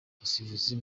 umusifuzi